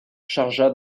chargea